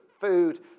food